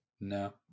no